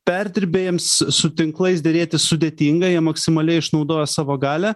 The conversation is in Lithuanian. perdirbėjams su tinklais derėtis sudėtinga jie maksimaliai išnaudoja savo galią